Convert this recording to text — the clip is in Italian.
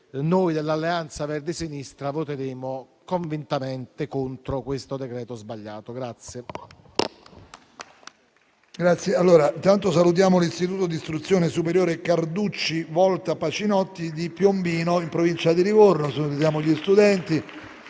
noi dell'Alleanza Verdi e Sinistra voteremo convintamente contro questo decreto-legge sbagliato.